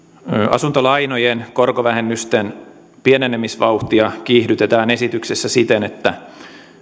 asuntolainojen korkovähennysten pienenemisvauhtia kiihdytetään esityksessä siten että